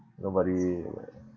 nobody